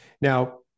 Now